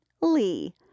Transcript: Lee